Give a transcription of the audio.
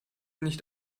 nicht